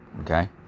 Okay